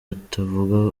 utavuga